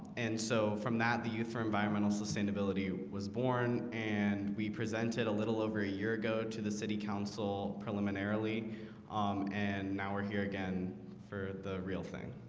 and so from that the youth for environmental sustainability was born and we presented a little over a year ago to the city council preliminary um and now we're here again for the real thing